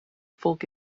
folk